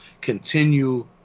continue